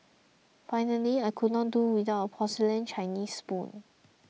finally I could not do without a porcelain Chinese spoon